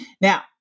Now